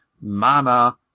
mana